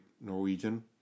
Norwegian